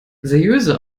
seriöse